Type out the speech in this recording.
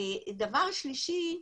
דבר שלישי,